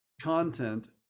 content